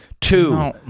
Two